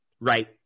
Right